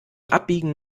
abbiegen